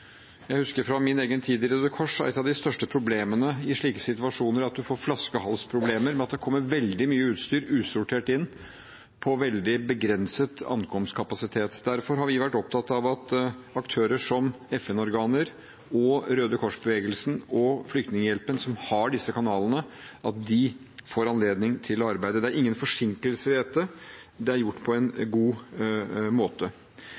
Fra min tid i Røde Kors husker jeg at et av de største problemene i slike situasjoner var at man får flaskehalsproblemer ved at det kommer veldig mye usortert utstyr inn på veldig begrenset ankomstkapasitet. Derfor har vi vært opptatt av at aktører som FN-organer, Røde Kors-bevegelsen og Flyktninghjelpen, som har disse kanalene, får anledning til å arbeide. Det er ingen forsinkelser i dette; det er gjort på en god måte.